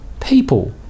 people